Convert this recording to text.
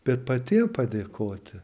bet patiem padėkoti